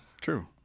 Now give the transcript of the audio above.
True